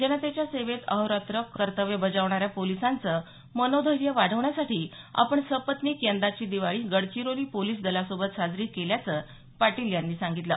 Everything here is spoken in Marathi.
जनतेच्या सेवेत अहोरात्र कर्तव्य बजावणाऱ्या पोलिसांचं मनोधैर्य वाढवण्यासाठी आपण सपत्निक यंदाची दिवाळी गडचिरोली पोलिस दलासोबत साजरी केल्याचं पाटील यांनी सांगितलं